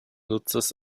nutzers